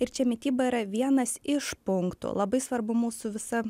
ir čia mityba yra vienas iš punktų labai svarbu mūsų visa